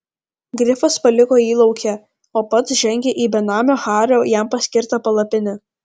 grifas paliko jį lauke o pats žengė į benamio hario jam paskirtą palapinę